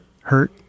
hurt